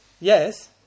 Yes